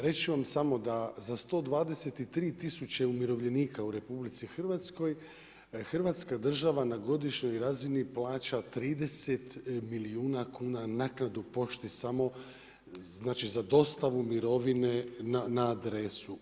Reći ću vam samo da za 123 tisuće umirovljenika u RH Hrvatska država na godišnjoj razini plaća 30 milijuna kuna naknadu pošti samo znači za dostavu mirovine na adresu.